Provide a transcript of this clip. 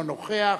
אינו נוכח,